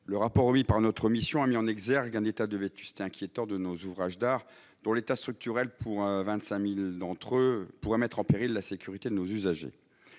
le rapport remis par notre mission a mis en exergue un état de vétusté inquiétant de nos ouvrages d'art, dont l'état structurel, pour 25 000 d'entre eux, pourrait mettre en péril la sécurité des usagers.